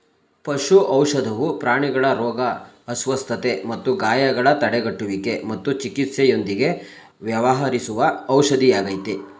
ಪಶು ಔಷಧವು ಪ್ರಾಣಿಗಳ ರೋಗ ಅಸ್ವಸ್ಥತೆ ಮತ್ತು ಗಾಯಗಳ ತಡೆಗಟ್ಟುವಿಕೆ ಮತ್ತು ಚಿಕಿತ್ಸೆಯೊಂದಿಗೆ ವ್ಯವಹರಿಸುವ ಔಷಧಿಯಾಗಯ್ತೆ